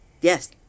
Yes